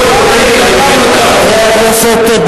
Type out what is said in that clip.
מה זה שייך לממשלה הזאת?